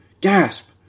Gasp